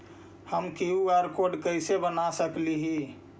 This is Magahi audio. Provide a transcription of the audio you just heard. हम कियु.आर कोड कैसे बना सकली ही?